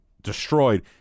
destroyed